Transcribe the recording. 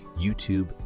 YouTube